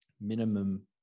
minimum